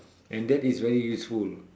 and that is very useful